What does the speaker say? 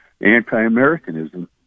anti-Americanism